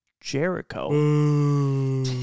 Jericho